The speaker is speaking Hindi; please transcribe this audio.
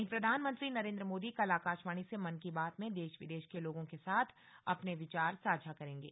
वहीं प्रधानमंत्री नरेन्द्र मोदी कल आकाशवाणी से मन की बात में देश विदेश के लोगों के साथ अपने विचार साझा करेंगे